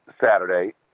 Saturday